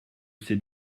ses